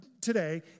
today